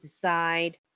decide